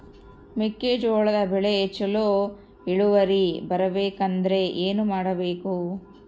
ಮೆಕ್ಕೆಜೋಳದ ಬೆಳೆ ಚೊಲೊ ಇಳುವರಿ ಬರಬೇಕಂದ್ರೆ ಏನು ಮಾಡಬೇಕು?